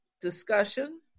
discussion